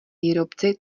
výrobci